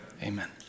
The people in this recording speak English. Amen